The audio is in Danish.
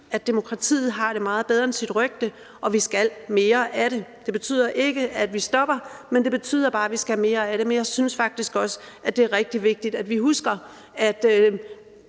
at demokratiet har det meget bedre end sit rygte, og vi skal mere af det. Det betyder ikke, at vi stopper, men det betyder bare, at vi skal have mere af det, men jeg synes faktisk også, at det er rigtig vigtigt, at vi husker, at